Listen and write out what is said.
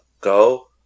go